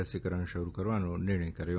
રસીકરણ શરૂ કરવાનો નિર્ણય કર્યો